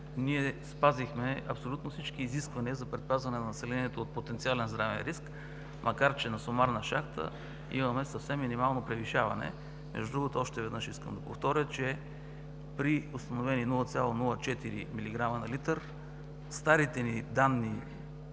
ние спазихме абсолютно всички изисквания за предпазване на населението от потенциален здравен риск, макар че на сумарна шахта имаме съвсем минимално превишаване. Между другото още веднъж искам да повторя, че при установени 0,04 милиграма на литър, старите ни данни